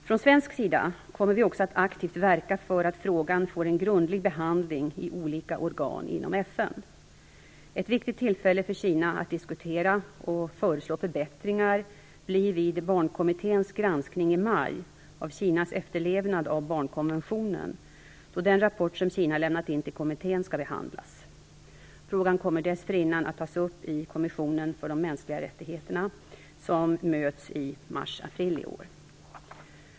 Från svensk sida kommer vi också att aktivt verka för att frågan får en grundlig behandling i olika organ inom FN. Ett viktigt tillfälle för Kina att diskutera och föreslå förbättringar blir vid barnkommitténs granskning i maj av Kinas efterlevnad av barnkonventionen, då den rapport som Kina lämnat in till kommittén skall behandlas. Frågan kommer dessförinnan att tas upp i kommissionen för mänskliga rättigheter, som möts i mars-april i år.